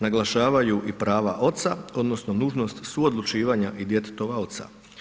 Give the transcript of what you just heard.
Naglašavaju i prava oca odnosno nužnost suodlučivanja i djetetova oca.